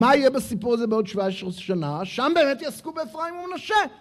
מה יהיה בסיפור הזה בעוד 17 שנה? שם באמת יעסקו באפרים ומנשה!